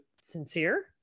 sincere